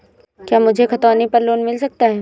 क्या मुझे खतौनी पर लोन मिल सकता है?